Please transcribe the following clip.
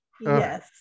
Yes